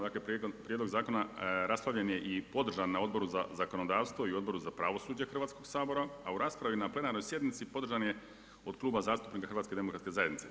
Dakle, prijedlog zakona raspravljen je i podržan na Odboru za zakonodavstvo i Odboru za pravosuđe Hrvatskog sabora a u raspravi na plenarnoj sjednici podržan je od Kluba zastupnika HDZ-a.